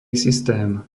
systém